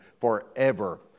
forever